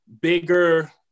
bigger